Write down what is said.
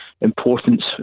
importance